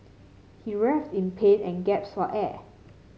he writhed in pain and gasped for air